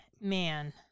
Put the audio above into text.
man